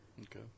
Okay